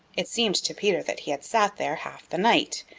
it seemed to peter that he had sat there half the night,